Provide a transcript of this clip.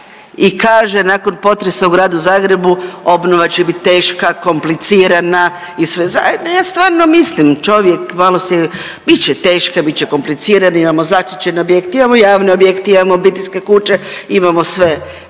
i kaže nakon potresa u Gradu Zagrebu obnova će bit teška, komplicirana i sve zajedno i ja stvarno mislim čovjek malo se, bit će teška, bit će komplicirana, imamo zaštićen objekt, imamo javni objekt, imamo obiteljske kuće, imamo sve,